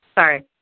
Sorry